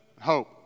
hope